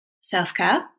self-care